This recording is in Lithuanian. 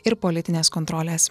ir politinės kontrolės